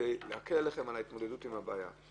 כדי להקל על ההתמודדות עם הבעיה.